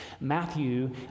Matthew